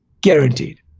Guaranteed